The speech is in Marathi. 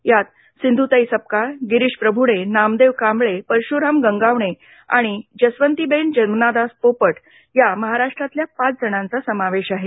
यात सिंधुताई सपकाळ गिरीश प्रभूणे नामदेव कांबळे परशुराम गंगावणे आणि जसवंतीबेन जमनादास पोपट या महाराष्ट्रातल्या पाच जणांचा समावेश आहे